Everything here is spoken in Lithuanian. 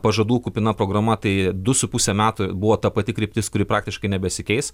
pažadų kupina programa tai du su puse metų buvo ta pati kryptis kuri praktiškai nebesikeis